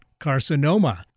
carcinoma